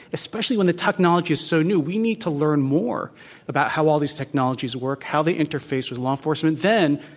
especially when the technology is so new. we need to learn more about how all these technologies work, how they interface with law enforcement. then,